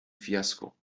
fiasko